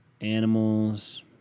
Animals